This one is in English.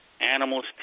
animals